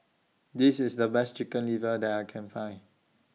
This IS The Best Chicken Liver that I Can Find